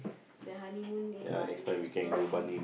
the honeymoon in Bali is so nice